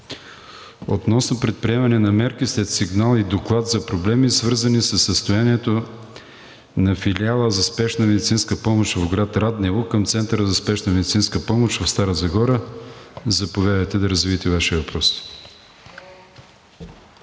относно предприемане на мерки след сигнал и доклад за проблеми, свързани със състоянието на Филиала за спешна медицинска помощ в град Раднево към Центъра за спешна медицинска помощ – Стара Загора. Заповядайте да развиете Вашия въпрос.